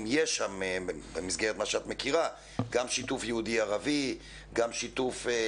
אם יש שם במסגרת מה שאת מכירה גם שיתוף יהודי-ערבי,